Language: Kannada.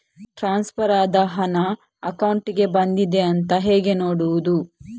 ಟ್ರಾನ್ಸ್ಫರ್ ಆದ ಹಣ ಅಕೌಂಟಿಗೆ ಬಂದಿದೆ ಅಂತ ಹೇಗೆ ನೋಡುವುದು?